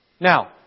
Now